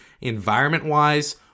environment-wise